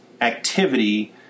activity